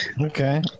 Okay